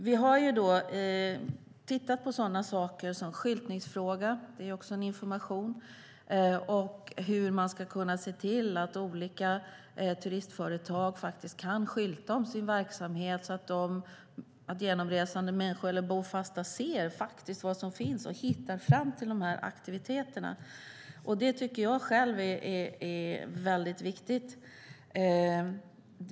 Vi har tittat på sådana saker som skyltningsfrågan, vilket ju också handlar om information, och hur man ska kunna se till att olika turistföretag kan skylta om sin verksamhet så att genomresande och bofasta ser vad som finns och hittar fram till aktiviteterna. Det tycker jag är viktigt.